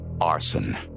arson